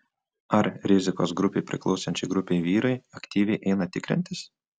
ar rizikos grupei priklausančiai grupei vyrai aktyviai eina tikrintis